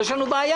יש לנו בעיה.